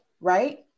right